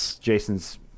Jason's